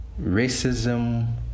racism